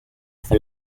for